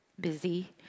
busy